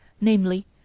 namely